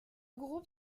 groupe